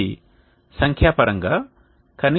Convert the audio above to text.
ఇది సంఖ్యాపరంగా కనిష్ట Hat విలువకు సమానం